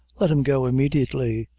let him go immediately.